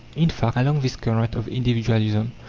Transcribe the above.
in fact, along this current of individualism,